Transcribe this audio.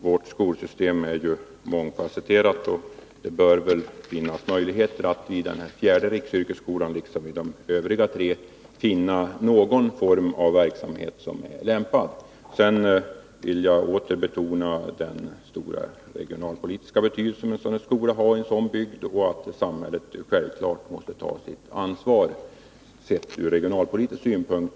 Vårt skolsystem är ju mångfasetterat, och det bör vara möjligt att i den fjärde riksyrkesskolan, liksom i de övriga tre, finna någon form av verksamhet som är lämplig. Jag vill åter betona den stora regionalpolitiska betydelse som en skola av detta slag har i en sådan här bygd, och samhället måste självfallet ta sitt ansvar, sett ur regionalpolitisk synpunkt.